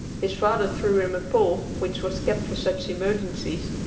his father threw him a pole which was kept for such emergencies,